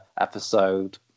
episode